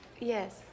yes